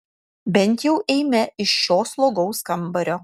bent jau eime iš šio slogaus kambario